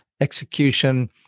execution